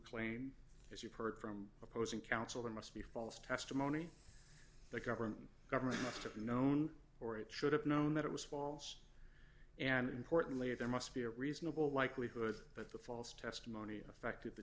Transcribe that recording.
plane as you've heard from opposing counsel and must be false testimony the government government must have known or it should have known that it was false and importantly there must be a reasonable likelihood that the false testimony affected the